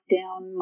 down